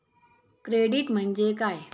Credit म्हणजे काय?